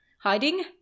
hiding